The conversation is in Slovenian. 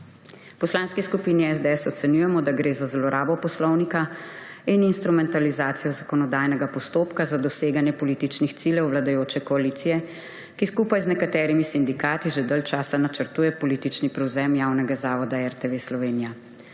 Poslanski skupini SDS ocenjujemo, da gre za zlorabo poslovnika in instrumentalizacijo zakonodajnega postopka za doseganje političnih ciljev vladajoče koalicije, ki skupaj z nekaterimi sindikati že dlje časa načrtuje politični prevzem Javnega zavoda RTV Slovenija.